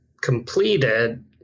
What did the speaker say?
completed